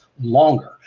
longer